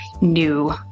new